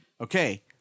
Okay